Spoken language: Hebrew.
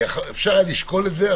אפשר לשקול את זה.